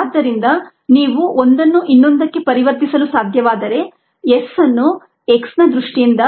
ಆದ್ದರಿಂದ ನೀವು ಒಂದನ್ನು ಇನ್ನೊಂದಕ್ಕೆ ಪರಿವರ್ತಿಸಲು ಸಾಧ್ಯವಾದರೆ s ಅನ್ನು x ನ ದೃಷ್ಟಿಯಿಂದ